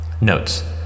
Notes